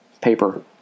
paper